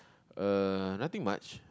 uh nothing much